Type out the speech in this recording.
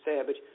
Savage